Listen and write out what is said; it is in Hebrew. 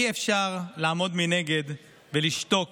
אי-אפשר לעמוד מנגד ולשתוק